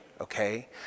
okay